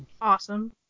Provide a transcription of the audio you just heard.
awesome